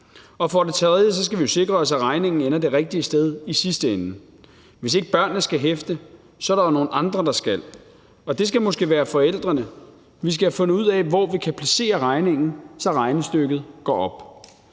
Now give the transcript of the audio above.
For det tredje skal vi jo sikre os, at regningen ender det rigtige sted i sidste ende. Hvis ikke børnene skal hæfte, er der jo nogle andre, der skal, og det skal måske være forældrene. Vi skal have fundet ud af, hvor vi kan placere regningen, så regnestykket går op.